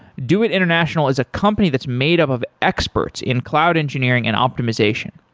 doit international is a company that's made up of experts in cloud engineering and optimization.